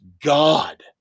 God